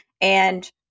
and-